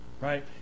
right